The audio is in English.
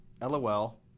LOL